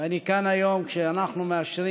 ואני כאן היום כשאנחנו מאשרים